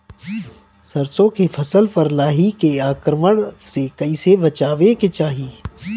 सरसो के फसल पर लाही के आक्रमण से कईसे बचावे के चाही?